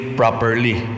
properly